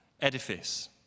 edifice